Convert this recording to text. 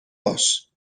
باش